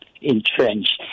entrenched